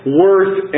worth